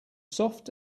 soft